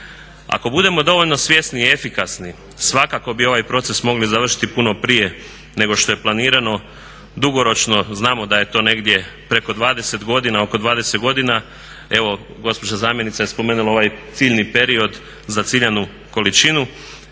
Ako budemo dovoljno svjesni i efikasni svakako bi ovaj proces mogli završiti puno prije nego što je planirano. Dugoročno znamo da je to negdje preko 20 godina, oko 20 godina. Evo gospođa zamjenica je spomenula ovaj ciljni period za ciljanu količinu